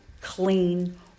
clean